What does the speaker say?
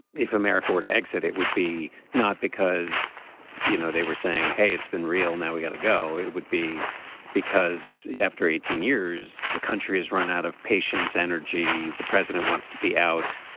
if america were to exit it would be not because you know they were saying hey it's been real now we've got to go it would be because after eighteen years the country is run out of patience energy the president wants to be out.